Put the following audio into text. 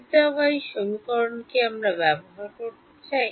delta Y সমীকরণ কি আমরা ব্যবহার করতে চাই